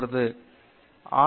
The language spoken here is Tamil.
பேராசிரியர் பிரதாப் ஹரிதாஸ் சரி